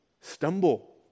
stumble